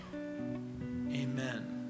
amen